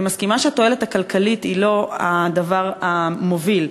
אני מסכימה שהתועלת הכלכלית היא לא הדבר המוביל.